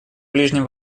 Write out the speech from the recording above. ближнем